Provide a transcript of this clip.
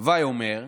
הווי אומר,